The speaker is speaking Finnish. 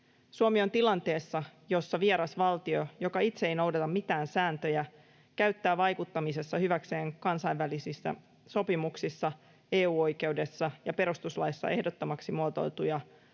Suomi on tilanteessa, jossa vieras valtio, joka itse ei noudata mitään sääntöjä, käyttää vaikuttamisessa hyväkseen kansainvälisissä sopimuksissa, EU-oikeudessa ja perustuslaissa ehdottomaksi muotoiltuja